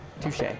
Touche